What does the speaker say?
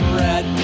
red